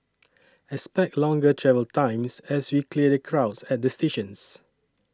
expect longer travel times as we clear the crowds at the stations